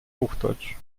hochdeutsch